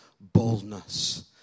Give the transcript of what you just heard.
boldness